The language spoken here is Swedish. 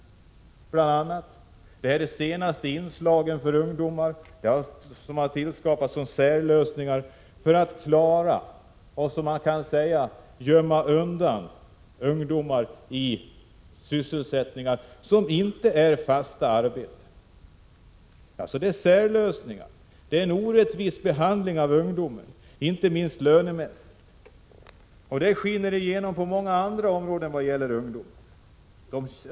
De är de senaste inslag som har tillskapats för att, kan man säga, gömma undan ungdomar i sysselsättningar som inte är fasta arbeten. De är alltså särlösningar, som innebär en orättvis behandling av ungdomen, inte minst lönemässigt. Detta skiner igenom på många andra områden vad gäller ungdomar.